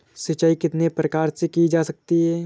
सिंचाई कितने प्रकार से की जा सकती है?